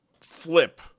flip